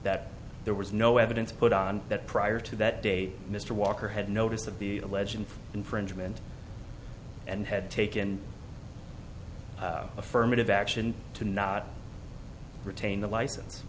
that there was no evidence put on that prior to that day mr walker had notice of the alleging infringement and had taken affirmative action to not retain the license